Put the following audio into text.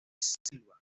silva